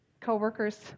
Coworkers